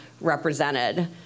represented